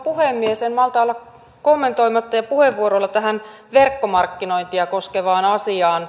en malta olla kommentoimatta puheenvuorolla tähän verkkomarkkinointia koskevaan asiaan